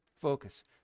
focus